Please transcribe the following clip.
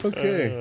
Okay